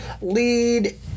lead